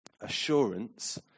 assurance